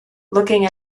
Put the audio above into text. looking